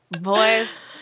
boys